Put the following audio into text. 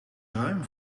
ruim